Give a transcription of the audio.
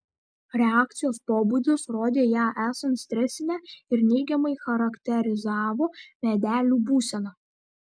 reakcijos pobūdis rodė ją esant stresinę ir neigiamai charakterizavo medelių būseną